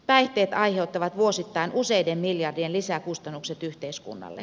päihteet ai heuttavat vuosittain useiden miljardien lisäkustannukset yhteiskunnalle